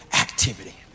activity